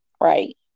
right